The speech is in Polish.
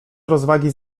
rozwagi